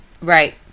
Right